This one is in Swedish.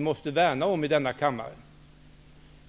måste värna om valfriheten i boendet.